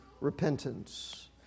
repentance